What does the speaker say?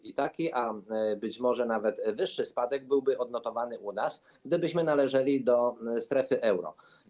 I taki, a może nawet wyższy, spadek byłby odnotowany u nas, gdybyśmy należeli do strefy euro.